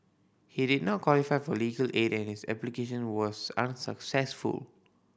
he did not qualify for legal aid and his application was unsuccessful